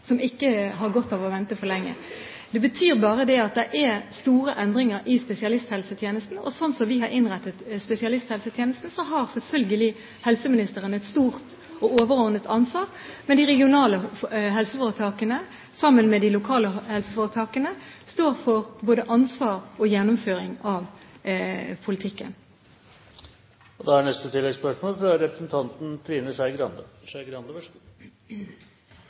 som ikke har godt av å vente for lenge. Det betyr bare at det er store endringer i spesialisthelsetjenesten, og sånn som vi har innrettet spesialisthelsetjenesten, har selvfølgelig helseministeren et stort og overordnet ansvar. Men de regionale helseforetakene, sammen med de lokale helseforetakene, står for både ansvar og gjennomføring av politikken.